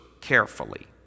carefully